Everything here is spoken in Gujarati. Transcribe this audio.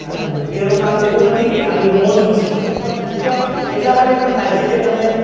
કારણ કે નૃત્યનું કામ એવું નથી કે ખાલી મોજ મસ્તી માટે પણ નૃત્ય એટલા માટે પણ થાય છે કે તમે